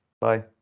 bye